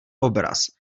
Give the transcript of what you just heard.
obraz